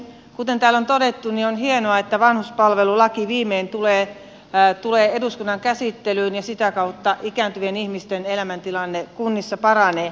kuten täällä on todettu on hienoa että vanhuspalvelulaki viimein tulee eduskunnan käsittelyyn ja sitä kautta ikääntyvien ihmisten elämäntilanne kunnissa paranee